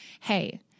hey